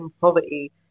poverty